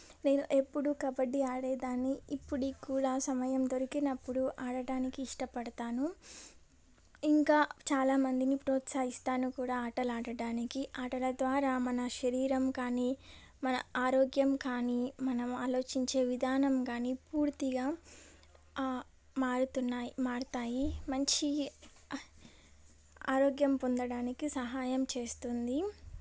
నేను ఎప్పుడు కబడ్డీ ఆడేదాన్ని ఇప్పుటికి కూడా సమయం దొరికినప్పుడు ఆడటానికి ఇష్టపడతాను ఇంకా చాలామందిని ప్రోత్సహిస్తాను కూడా ఆటలు ఆడటానికి ఆటల ద్వారా మన శరీరం కానీ మన ఆరోగ్యం కానీ మనం ఆలోచించే విధానం కానీ పూర్తిగా మారుతున్నాయి మారుతాయి మంచి ఆరోగ్యం పొందడానికి సహాయం చేస్తుంది